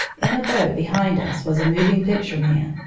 in a boat behind us was a moving-picture man.